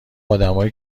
آدمایی